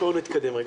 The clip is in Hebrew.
בואו נתקדם רגע.